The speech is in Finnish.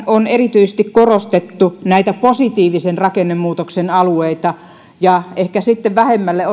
on erityisesti korostettu positiivisen rakennemuutoksen alueita ja ehkä sitten vähemmälle